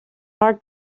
her